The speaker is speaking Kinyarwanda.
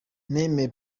nemeye